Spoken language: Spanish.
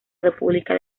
república